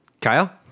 Kyle